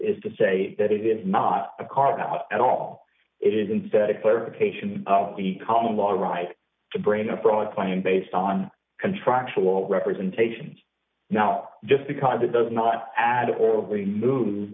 is to say that it is not a carve out at all it is instead a clarification of the common law right to bring a broad claim based on contractual representations not just because it does not add or remove